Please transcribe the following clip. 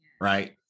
right